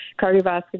Cardiovascular